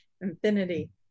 Infinity